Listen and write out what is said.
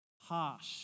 harsh